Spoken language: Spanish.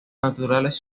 naturales